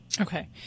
okay